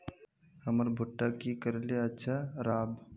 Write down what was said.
हमर भुट्टा की करले अच्छा राब?